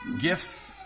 gifts